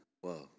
Whoa